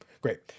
great